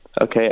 Okay